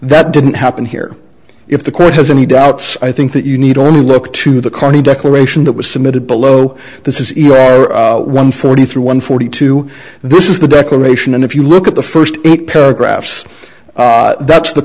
that didn't happen here if the court has any doubts i think that you need only look to the county declaration that was submitted below this is one forty three one forty two this is the declaration and if you look at the first paragraphs that's the